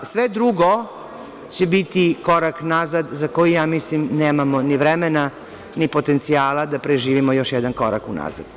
Sve drugo će biti korak nazad za koji mislim da nemamo ni vremena, ni potencijala da preživimo još jedan korak unazad.